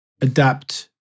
adapt